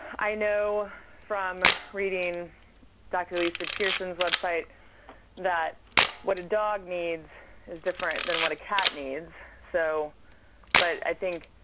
i know from reading dr. lisa pierson's website that what a dog needs is different than what a cat needs. so but i think